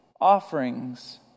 offerings